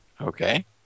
Okay